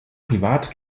privat